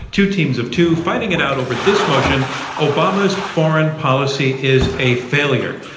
two teams of two, fighting it out over this motion obama's foreign policy is a failure.